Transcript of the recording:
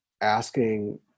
asking